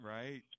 right